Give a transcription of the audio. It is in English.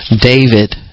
David